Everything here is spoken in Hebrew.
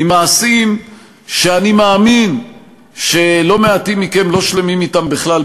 עם מעשים שאני מאמין שלא מעטים מכם לא שלמים אתם בכלל,